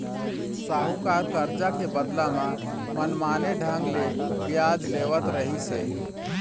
साहूकार करजा के बदला म मनमाने ढंग ले बियाज लेवत रहिस हे